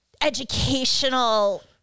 educational